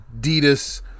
Adidas